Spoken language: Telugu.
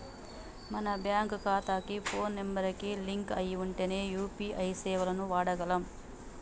మన బ్యేంకు ఖాతాకి పోను నెంబర్ కి లింక్ అయ్యి ఉంటేనే యూ.పీ.ఐ సేవలను వాడగలం